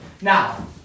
Now